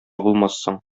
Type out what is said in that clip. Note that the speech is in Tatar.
булмассың